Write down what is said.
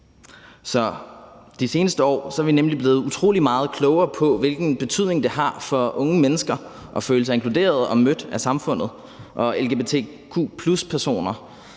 de seneste år er vi nemlig blevet utrolig meget klogere på, hvilken betydning det har for unge mennesker at føle sig inkluderet i og mødt af samfundet, og lgbtq+-personer